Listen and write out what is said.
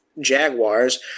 Jaguars